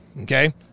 Okay